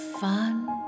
fun